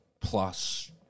Plus